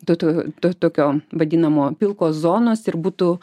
to to to tokio vadinamo pilkos zonos ir būtų